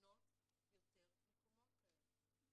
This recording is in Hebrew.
לבנות יותר מקומות כאלה,